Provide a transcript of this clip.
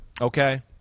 Okay